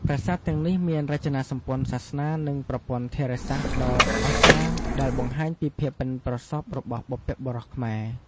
ប្រាសាទទាំងនេះមានរចនាសម្ព័ន្ធសាសនា និងប្រព័ន្ធធារាសាស្ត្រដ៏អស្ចារ្យ ដែលបង្ហាញពីភាពប៉ិនប្រសប់របស់បុព្វបុរសខ្មែរ។